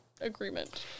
agreement